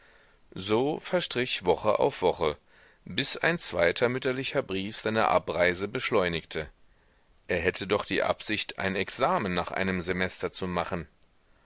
so verstrich woche auf woche bis ein zweiter mütterlicher brief seine abreise beschleunigte er hätte doch die absicht ein examen nach einem semester zu machen